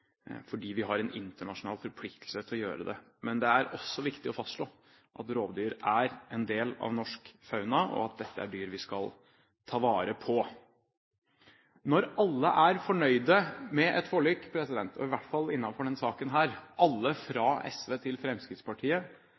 fordi vi har en internasjonal forpliktelse til å gjøre det. Men det er også viktig å fastslå at rovdyr er en del av norsk fauna, og at dette er dyr vi skal ta vare på. Når alle er fornøyd med et forlik, i hvert fall i denne saken – alle fra SV til Fremskrittspartiet